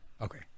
Okay